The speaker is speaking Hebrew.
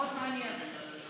מאוד מעניין.